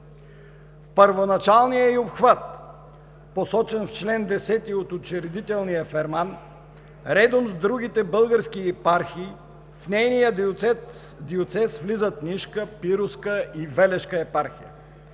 В първоначалния ѝ обхват, посочен в чл. 10 от учредителния ферман, редом с другите български епархии в нейния диоцез влизат Нишка, Пиротска и Вéлешка епархия.